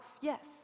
Yes